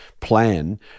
plan